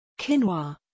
Quinoa